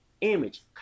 image